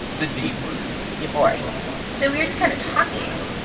the d-word divorce so we were just kind of talking,